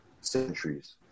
centuries